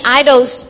idols